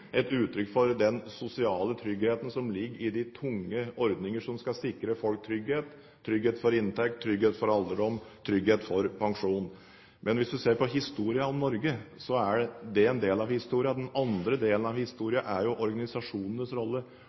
uttrykk for den sosiale tryggheten som er i de tunge ordningene som skal sikre folk trygghet: trygghet for inntekt, trygghet for alderdom, trygghet for pensjon. Men hvis du ser på historien om Norge, så er det én del av historien. Den andre delen av historien er organisasjonenes rolle